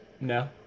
No